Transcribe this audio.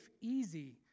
easy